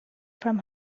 from